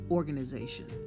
organization